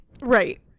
Right